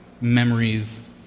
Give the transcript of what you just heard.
memories